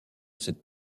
cette